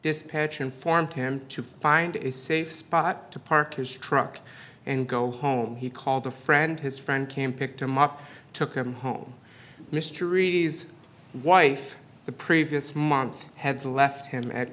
dispatcher informed him to find a safe spot to park his truck and go home he called a friend his friend came picked him up took him home mystery wife the previous month had left him at